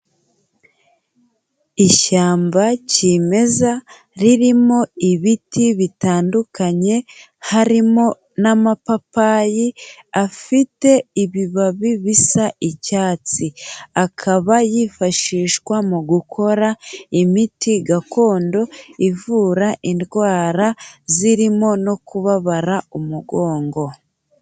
Ishyamba kimeza ririmo ibiti bitandukanye, harimo n'amapapayi afite ibibabi bisa icyatsi. Akaba yifashishwa mu gukora imiti gakondo ivura indwara zirimo no kubabara umugongo.